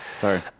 Sorry